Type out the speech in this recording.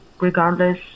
regardless